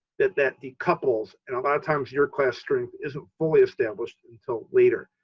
that that decouples, and a lot of times year class strength isn't fully established until later.